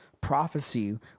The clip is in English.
prophecy